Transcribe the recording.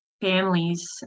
families